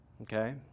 Okay